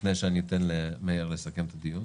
לפני שאני אתן למאיר לסכם את הדיון,